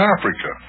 Africa